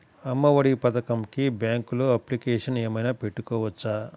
అమ్మ ఒడి పథకంకి బ్యాంకులో అప్లికేషన్ ఏమైనా పెట్టుకోవచ్చా?